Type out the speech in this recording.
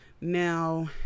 Now